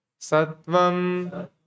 Satvam